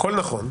הכול נכון.